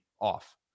off